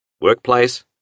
workplace